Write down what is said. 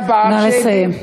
נא לסיים.